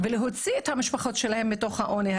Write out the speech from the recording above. ולהוציא את המשפחות שלהם מתוך העוני.